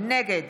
נגד